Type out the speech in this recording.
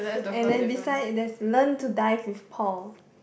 and then besides there is a man to dive with Paul